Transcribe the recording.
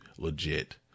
legit